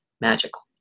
magical